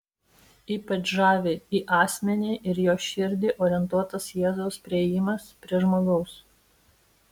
ypač žavi į asmenį ir jo širdį orientuotas jėzaus priėjimas prie žmogaus